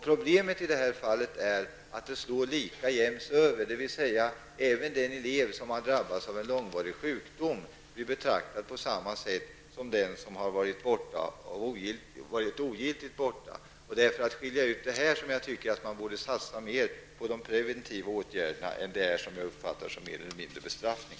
Problemet i det här fallet är att det slår lika jäms över, dvs. även den elev som har drabbats av långvarig sjukdom blir betraktad på samma sätt som den som har varit ogiltigt borta. Det är för att skilja ut dem som jag tycker att man borde satsa mer på de preventiva åtgärderna än på det här som jag uppfattar som mer eller mindre en bestraffning.